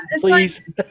please